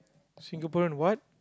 Singaporean what